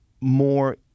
more